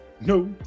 no